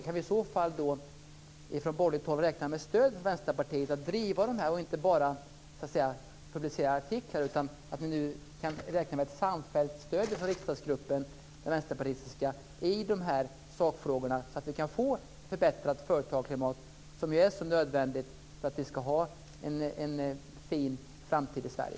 Kan vi i så fall från borgerligt håll räkna med ett samfällt stöd från Vänsterpartiets riksdagsgrupp att driva dessa sakfrågor och inte bara publicera artiklar, så att det går att få ett förbättrat företagsklimat, vilket är nödvändigt för att vi ska få en fin framtid i Sverige?